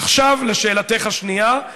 עכשיו לשאלתך השנייה,